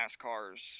nascar's